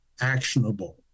actionable